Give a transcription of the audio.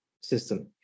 system